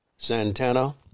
Santana